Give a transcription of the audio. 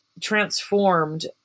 transformed